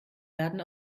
werden